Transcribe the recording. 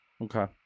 Okay